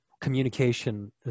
communication